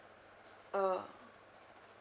uh